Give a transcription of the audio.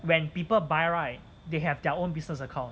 when people buy right they have their own business account